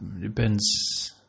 depends